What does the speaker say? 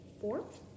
Fourth